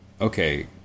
okay